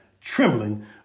trembling